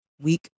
week